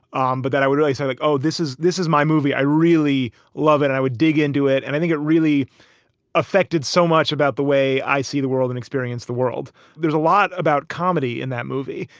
um but that i would really say like, oh, this is this is my movie. i really love it. and i would dig into it. and i think it really affected so much about the way i see the world and experience the world. there's a lot about comedy in that movie.